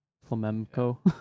Flamenco